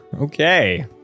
Okay